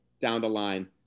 down-the-line